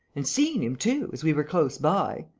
and seen him too, as we were close by.